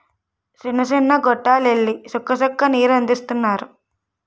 సిన్న సిన్న గొట్టాల్లెల్లి సుక్క సుక్క నీరందిత్తన్నారు